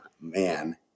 man